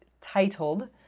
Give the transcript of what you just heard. titled